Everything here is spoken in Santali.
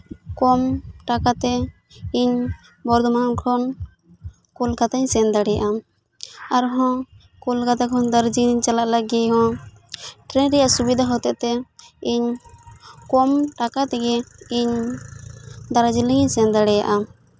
ᱠᱚᱢ ᱴᱟᱠᱟᱛᱮ ᱤᱧ ᱵᱚᱨᱫᱷᱚᱢᱟᱱ ᱠᱷᱚᱱ ᱠᱳᱞᱠᱟᱛᱟᱧ ᱥᱮᱱ ᱫᱟᱲᱮᱭᱟᱜᱼᱟ ᱟᱨᱦᱚᱸ ᱠᱳᱞᱠᱟᱛᱟ ᱠᱷᱚᱱ ᱫᱟᱨᱡᱤᱞᱤᱝ ᱪᱟᱞᱟᱜ ᱞᱟᱹᱜᱤᱫ ᱦᱚᱸ ᱴᱨᱮᱱ ᱨᱮᱭᱟᱜ ᱥᱩᱵᱤᱫᱷᱟ ᱦᱚᱛᱮ ᱛᱮ ᱤᱧ ᱠᱚᱢ ᱴᱟᱠᱟ ᱛᱮᱜᱮ ᱤᱧ ᱫᱟᱨᱡᱤᱞᱤᱝ ᱤᱧ ᱥᱮᱱ ᱫᱟᱲᱮᱭᱟᱜᱼᱟ